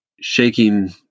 shaking